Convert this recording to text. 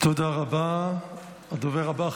הדובר הבא,